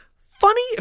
Funny